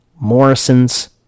Morrisons